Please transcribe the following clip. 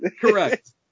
correct